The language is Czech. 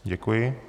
Děkuji.